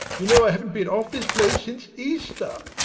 you know i haven't been off this place since easter.